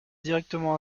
directement